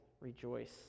rejoice